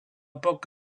poc